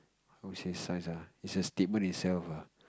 how say signs ah it's a statement itself lah